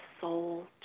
soul